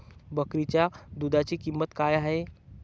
बकरीच्या दूधाची किंमत काय आहे?